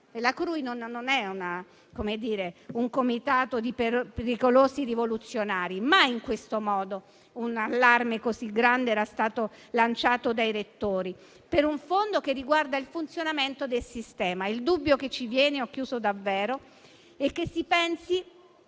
la CRUI non è un comitato di pericolosi rivoluzionari; mai in questo modo un allarme così grande era stato lanciato dai rettori, per un fondo che riguarda il funzionamento del sistema. Il dubbio che ci viene è che si pensi